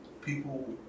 People